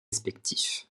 respectifs